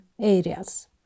areas